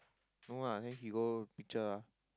no ah then he go picture ah